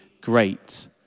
great